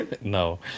No